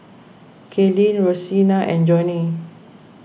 Kaelyn Rosena and Johny